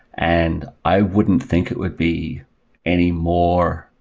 and i wouldn't think it would be any more,